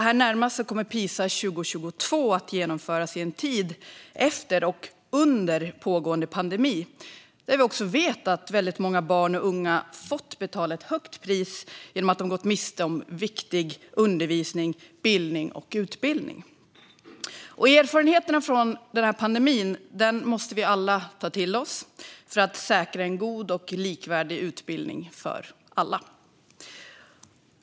Här närmast kommer Pisa 2022 att genomföras i en tid under och efter pågående pandemi då vi vet att många barn och unga fått betala ett högt pris genom att de gått miste om viktig undervisning, bildning och utbildning. Erfarenheterna från pandemin måste vi alla ta till oss för att säkra en god och likvärdig utbildning för alla.